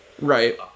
Right